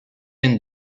end